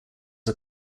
are